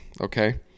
okay